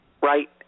right